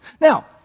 Now